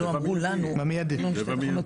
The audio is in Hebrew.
זה במיידי.